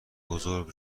بزرگ